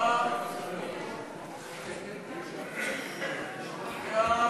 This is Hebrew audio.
ההצעה להעביר את הצעת חוק לתיקון